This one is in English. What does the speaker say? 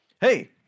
Hey